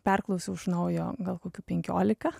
perklausiau iš naujo gal kokių penkiolika